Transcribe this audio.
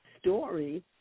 story